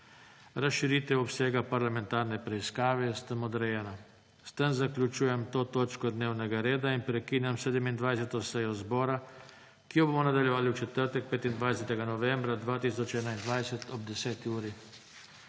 Razširitev obsega parlamentarne preiskave je s tem odrejena. S tem zaključujem to točko dnevnega reda in prekinjam 27. sejo zbora, ki jo bomo nadaljevali v četrtek, 25. novembra 2021, ob 10. uri.